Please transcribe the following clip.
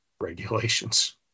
regulations